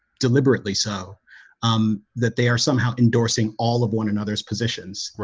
deliberately, so, um that they are somehow endorsing all of one another's positions, right,